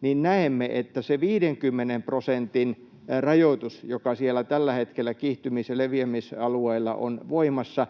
niin näemme, että se 50 prosentin rajoitus, joka tällä hetkellä siellä kiihtymis- ja leviämisalueilla on voimassa,